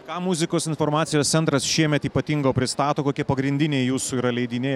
ką muzikos informacijos centras šiemet ypatingo pristato kokie pagrindiniai jūsų yra leidiniai